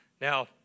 Now